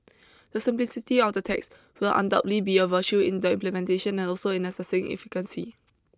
the simplicity of the tax will undoubtedly be a virtue in the implementation and also in assessing efficacy